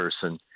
person